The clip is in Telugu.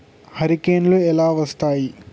హరికేన్లు ఎలా వస్తాయి?